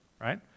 right